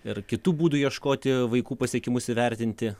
ir kitų būdų ieškoti vaikų pasiekimus įvertinti